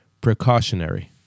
precautionary